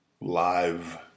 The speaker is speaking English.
live